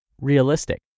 Realistic